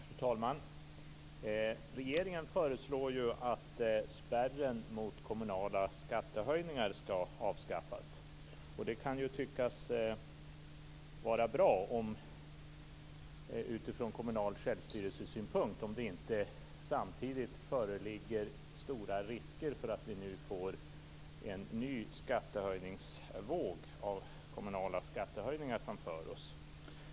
Fru talman! Regeringen föreslår att spärren mot kommunala skattehöjningar skall avskaffas. Det kan tyckas vara bra utifrån kommunal självstyrelsesynpunkt om det inte samtidigt föreligger stora risker för att vi får en ny våg av kommunalskattehöjningar framför oss.